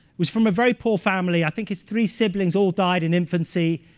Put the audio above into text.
was from a very poor family i think his three siblings all died in infancy.